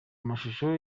amashusho